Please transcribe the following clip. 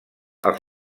els